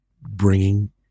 bringing